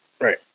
Right